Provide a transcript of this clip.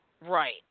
Right